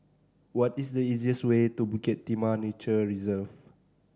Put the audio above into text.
what is the easiest way to Bukit Timah Nature Reserve